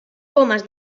pomes